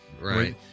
right